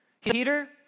Peter